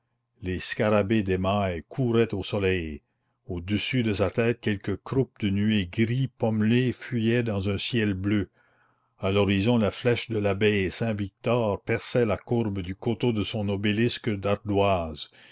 les scarabées d'émail couraient au soleil au-dessus de sa tête quelques croupes de nuées gris pommelé fuyaient dans un ciel bleu à l'horizon la flèche de l'abbaye saint-victor perçait la courbe du coteau de son obélisque d'ardoise